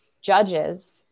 judges